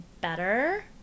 better